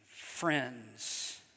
friends